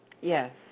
Yes